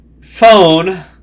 phone